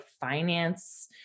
finance